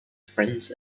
friends